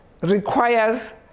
requires